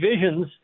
visions